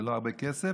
זה לא הרבה כסף,